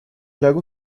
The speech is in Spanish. lago